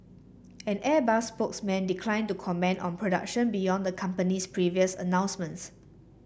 an Airbus spokesman declined to comment on production beyond the company's previous announcements